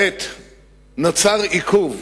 נוצר עיכוב,